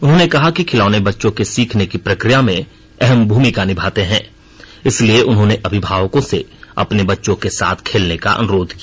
उन्होंने कहा कि खिलौने बच्चों के सीखने की प्रक्रिया में अहम भूमिका निभाते हैं इसलिए उन्होंने अभिभावकों से अपने बच्चों के साथ खेलने का अनुरोध किया